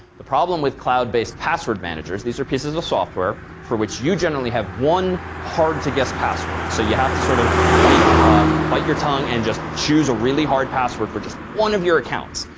the problem with cloud-based password managers these are pieces of software for which you generally have one hard to guess password. so you have to sort of bite bite your tongue and just choose a really hard password for just one of your accounts.